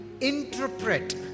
interpret